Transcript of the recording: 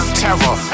terror